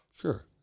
sure